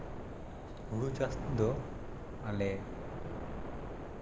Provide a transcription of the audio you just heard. ᱦᱩᱲᱩ ᱪᱟᱥ ᱛᱮᱫᱚ ᱟᱞᱮ